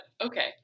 Okay